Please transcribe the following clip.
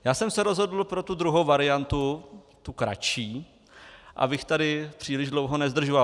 Já jsem se rozhodl pro tu druhou variantu, tu kratší, abych tady příliš dlouho nezdržoval.